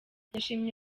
yashimye